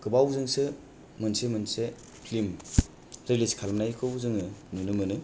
गोबावजोंसो मोनसे मोनसे film release खालामनायखौ जोङो नुनो मोनो